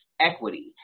equity